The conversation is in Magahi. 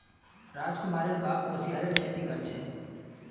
राजकुमारेर बाप कुस्यारेर खेती कर छे